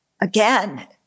Again